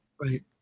Right